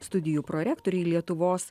studijų prorektoriai lietuvos